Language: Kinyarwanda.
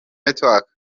network